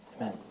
Amen